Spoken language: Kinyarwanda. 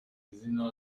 zina